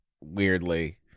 weirdly